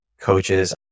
coaches